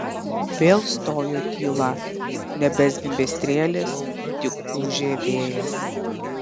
vėl stojo tyla nebezvimbė strėlės tik ūžė vėjas